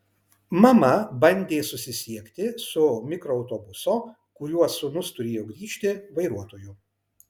mama bandė susisiekti su mikroautobuso kuriuo sūnus turėjo grįžti vairuotoju